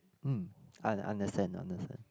hmm I understand understand